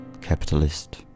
capitalist